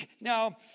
Now